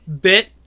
bit